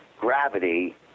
gravity